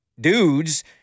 dudes—